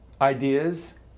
ideas